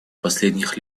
последних